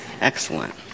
Excellent